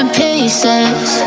pieces